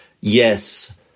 yes